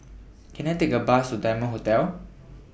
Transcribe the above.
Can I Take A Bus to Diamond Hotel